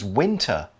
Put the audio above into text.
winter